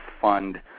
fund